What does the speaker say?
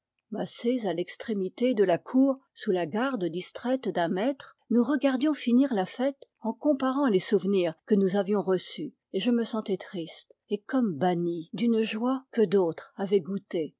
massés à l'extrémité de la cour sous la garde distraite d'un maître nous regardions finir la fête en comparant les souvenirs que nous avions reçus et je me sentais triste et comme banni d'une joie que d'autres avaient goûtée